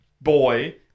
boy